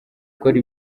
ukora